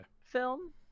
film